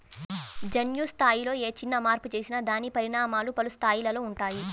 జన్యు స్థాయిలో ఏ చిన్న మార్పు చేసినా దాని పరిణామాలు పలు స్థాయిలలో ఉంటాయి